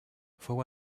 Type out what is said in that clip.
fou